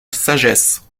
sagesse